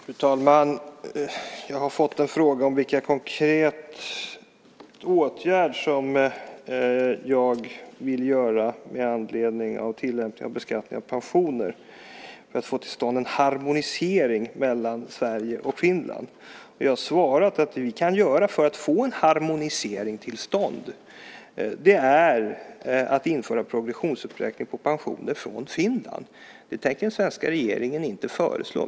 Fru talman! Jag har fått frågan vilken konkret åtgärd jag vill vidta, med anledning av tillämpning och beskattning av pensioner, för att få till stånd en harmonisering mellan Sverige och Finland. Jag har svarat att det vi kan göra för att få en harmonisering till stånd är att införa progressionsuppräkning på pensioner från Finland. Det tänker den svenska regeringen emellertid inte föreslå.